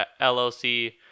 LLC